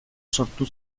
sortu